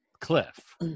cliff